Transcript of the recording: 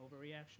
overreaction